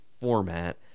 format